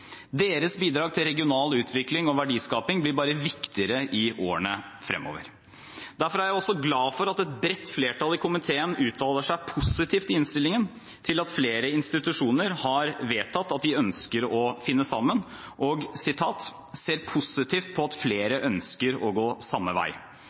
Deres bidrag til regional utvikling og verdiskaping blir bare viktigere i årene fremover. Derfor er jeg også glad for at et bredt flertall i komiteen uttaler seg positivt i innstillingen til at flere institusjoner har vedtatt at de ønsker å finne sammen, og «ser positivt på at flere ønsker å gå samme vei».